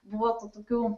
buvo tų tokių